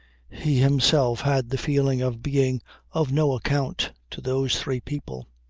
he himself had the feeling of being of no account to those three people.